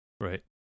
Right